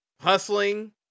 hustling